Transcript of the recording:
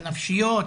הנפשיות,